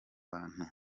bantu